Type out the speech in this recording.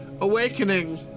awakening